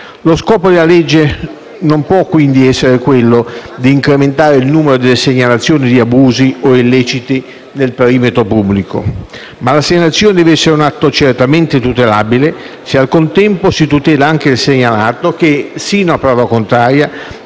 Lo scopo di una legge non può quindi essere solo quello di incrementare il numero delle segnalazioni di abusi o illeciti nel perimetro pubblico. La segnalazione deve essere un atto certamente tutelabile, se al contempo si tutela anche il segnalato, che, fino a prova contraria,